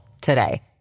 today